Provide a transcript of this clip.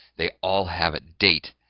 they all have a date,